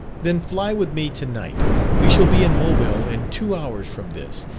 then fly with me to-night we shall be in mobile in two hours from this,